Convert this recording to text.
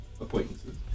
acquaintances